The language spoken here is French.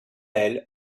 elle